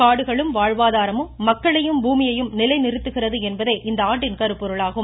காடுகளும் வாழ்வாதாரமும் மக்களையும் பூமியையும் நிலைநிறுத்துகிறது என்பதே இந்த ஆண்டின் கருப்பொருளாகும்